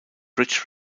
british